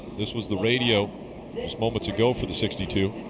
this was the radio moments ago from the sixty two.